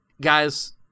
guys